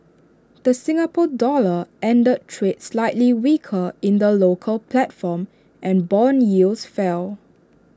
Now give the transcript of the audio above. the Singapore dollar ended trade slightly weaker in the local platform and Bond yields fell